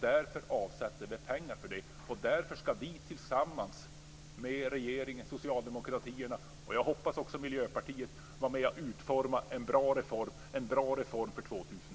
Därför avsätter vi pengar till det här, och därför ska vi tillsammans med regeringen, socialdemokratin och - hoppas jag - också Miljöpartiet vara med och utforma en bra reform för 2000